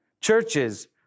churches